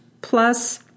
plus